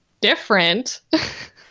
different